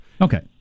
Okay